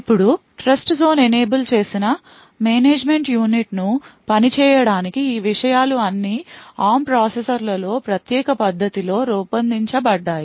ఇప్పుడు TrustZone enable చేసినమెమరీ management యూనిట్ను పని చేయడానికి ఈ విషయాలు అన్ని ARM ప్రాసెసర్లలోప్రత్యేక పద్ధతి లో రూపొందించబడ్డాయి